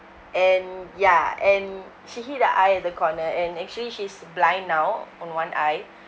and ya and she hit her eye at the corner and actually she's blind now on one eye